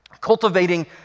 Cultivating